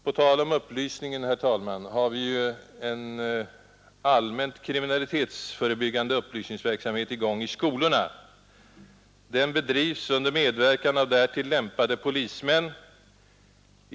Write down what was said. På tal om upplysningen, herr talman, har vi en allmänt kriminalitetsförebyggande upplysningsverksamhet i gång i skolorna. Den bedrivs under medverkan av därtill lämpade polismän.